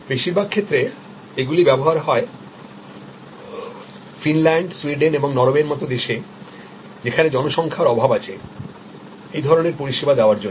বেশিরভাগ ক্ষেত্রে এগুলি ব্যবহার হয় ফিনল্যান্ড সুইডেন এবং নরওয়েএর মত দেশে যেখানে জনসংখ্যার অভাব আছে এই ধরনের পরিষেবা দেওয়ার জন্য